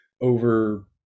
over